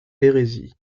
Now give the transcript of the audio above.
hérésie